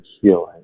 healing